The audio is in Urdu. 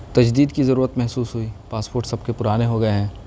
تجدید کی ضرورت محسوس ہوئی پاسپوٹ سب کے پرانے ہو گئے ہیں